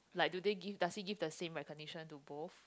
like do they give does he give the same recognition to both